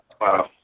Wow